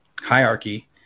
hierarchy